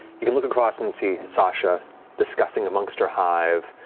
you can look across and see sasha discussing amongst her hive,